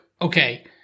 Okay